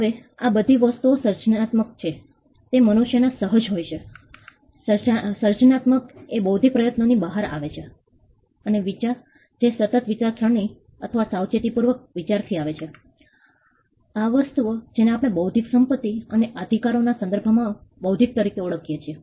હવે આ બધી વસ્તુઓ સર્જનાત્મકતા તે મનુષ્યમાં સહજ હોય છે સર્જનાત્મકતા એ બૌદ્ધિક પ્રયત્નોથી બહાર આવે છે અને વિચાર જે સતત વિચારસરણી અથવા સાવચેતીપૂર્વક વિચારથી આવે છે આ વસ્તુઓ જેને આપણે બૌદ્ધિક સંપત્તિ અધિકારોના સંદર્ભમાં બૌદ્ધિક તરીકે ઓળખીએ છીએ